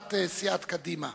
להצעת סיעת קדימה